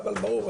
אבל ברור,